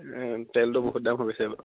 তেলটো বহুত দাম হৈ গৈছে বাৰু